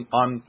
on